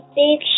big